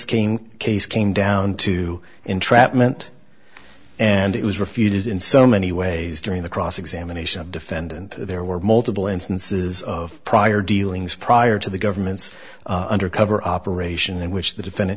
king case came down to entrapment and it was refuted in so many ways during the cross examination of defendant there were multiple instances of prior dealings prior to the government's undercover operation in which the defendant